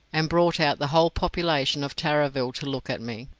and brought out the whole population of tarraville to look at me.